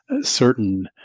certain